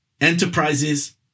enterprises